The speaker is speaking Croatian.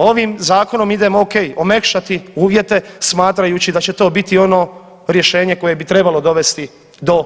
Ovim zakonom idemo ok, omekšati uvjete smatrajući da će to biti ono rješenje koje bi trebalo dovesti do